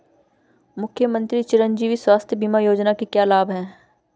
मुख्यमंत्री चिरंजी स्वास्थ्य बीमा योजना के क्या लाभ हैं?